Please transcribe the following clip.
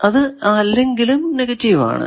അത് അല്ലെങ്കിലും നെഗറ്റീവ് ആണ്